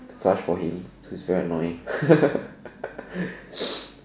flush for him so it's very annoying